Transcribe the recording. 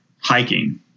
hiking